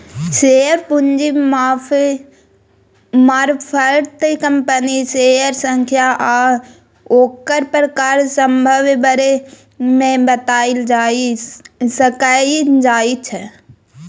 share पूंजीक मारफत कंपनीक शेयरक संख्या आ ओकर प्रकार सभक बारे मे बताएल जाए सकइ जाइ छै